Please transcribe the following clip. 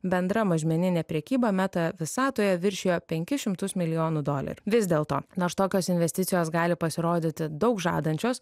bendra mažmeninė prekyba meta visatoje viršijo penkis šimtus milijonų dolerių vis dėlto nors tokios investicijos gali pasirodyti daug žadančios